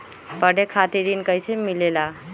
पढे खातीर ऋण कईसे मिले ला?